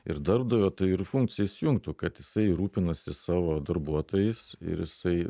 ir darbdavio ta ir funkcija įsijungtų kad jisai rūpinasi savo darbuotojais ir jisai